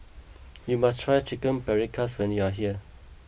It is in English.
you must try Chicken Paprikas when you are here